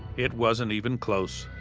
it wasn't even close.